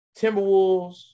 Timberwolves